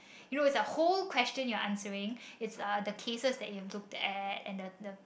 you know it's a whole question you're answering it's uh the cases that you've looked at and the the